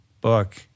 book